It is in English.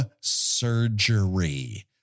surgery